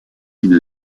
une